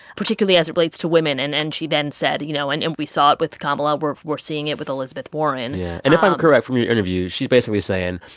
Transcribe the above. particularly as it relates to women. and and she then said, you know and and we saw it with kamala. we're we're seeing it with elizabeth warren yeah. and if i'm correct from your interview, she's basically saying,